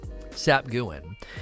Sapguin